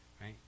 right